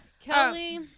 Kelly